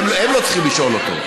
הם לא צריכים לשאול אותו,